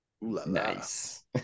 Nice